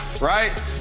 right